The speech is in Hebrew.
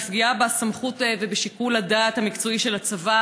לפגיעה בסמכות ובשיקול הדעת המקצועי של הצבא